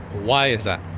why is that?